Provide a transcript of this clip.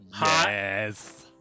Yes